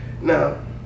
no